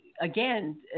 again